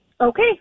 Okay